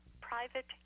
Private